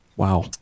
Wow